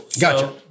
Gotcha